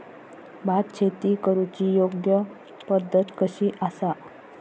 भात शेती करुची योग्य पद्धत कशी आसा?